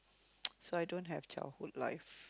so I don't have childhood life